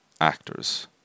actors